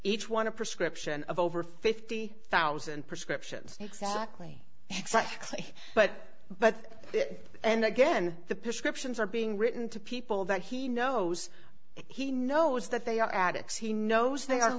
each one a prescription of over fifty thousand prescriptions exactly exactly but but and again the prescriptions are being written to people that he knows he knows that they are addicts he knows they are